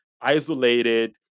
isolated